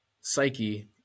psyche